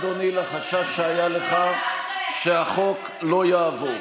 לחשש שהיה לך שהחוק לא יעבור.